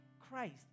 Christ